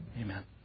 amen